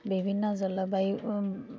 বিভিন্ন জলবায়ু